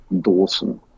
Dawson